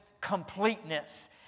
completeness